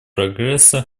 прогресса